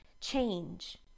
change